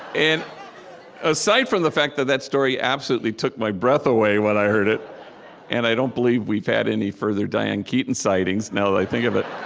and aside from the fact that that story absolutely took my breath away when i heard it and i don't believe we've had any further diane keaton sightings, now that i think of it